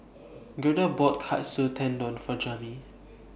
Gerda bought Katsu Tendon For Jami